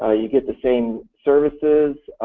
ah you get the same services